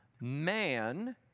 man